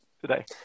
today